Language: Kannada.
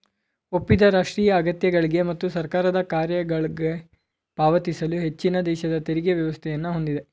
ಒಪ್ಪಿದ ರಾಷ್ಟ್ರೀಯ ಅಗತ್ಯಗಳ್ಗೆ ಮತ್ತು ಸರ್ಕಾರದ ಕಾರ್ಯಗಳ್ಗಾಗಿ ಪಾವತಿಸಲು ಹೆಚ್ಚಿನದೇಶದ ತೆರಿಗೆ ವ್ಯವಸ್ಥೆಯನ್ನ ಹೊಂದಿದೆ